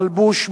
מלבוש,